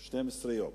12 יום.